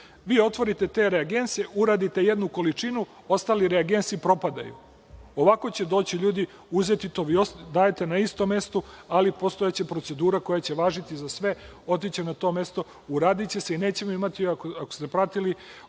vi otvorite te reagense, uradite jednu količnu, ostali reagensi propadaju. Ovako će doći ljudi i uzeti to. Vi dajete na istom mestu, ali, postojaće procedura koja će važiti za sve, otići će na to mesto, uradiće se i nećemo imati, ako ste pratili,